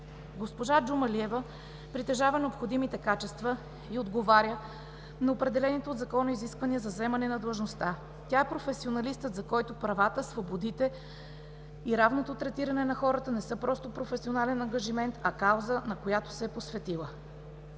Госпожа Джумалиева притежава необходимите качества и отговаря на определените от закона изисквания за заемане на длъжността. Тя е професионалистът, за който правата, свободите и равното третиране на хората не са просто професионален ангажимент, а кауза, на която се е посветила.